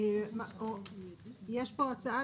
הרגולציה על סימון רחבה ועצומה,